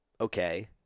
okay